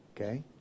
Okay